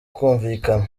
kumvikana